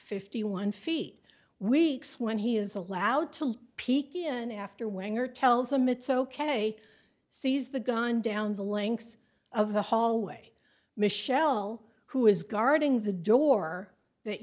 fifty one feet weeks when he is allowed to peak in after winger tells them it's ok seize the gun down the length of the hallway michelle who is guarding the door